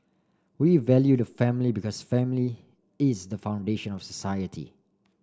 we value the family because family is the foundation of society